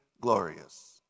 glorious